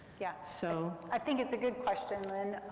yeah so i think it's a good question, lynn,